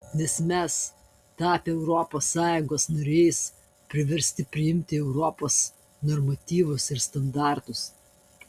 nes mes tapę europos sąjungos nariais priversti priimti europos normatyvus ir standartus